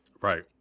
Right